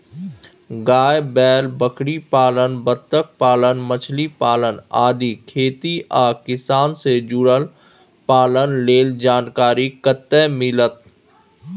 गाय, बैल, बकरीपालन, बत्तखपालन, मछलीपालन आदि खेती आ किसान से जुरल पालन लेल जानकारी कत्ते मिलत?